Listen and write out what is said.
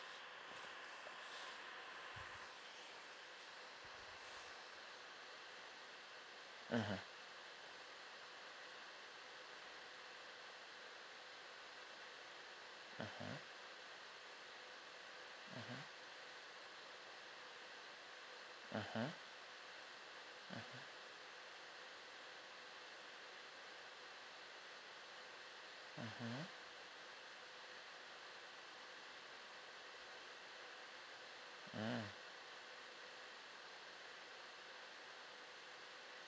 mmhmm mmhmm mmhmm mmhmm mmhmm mm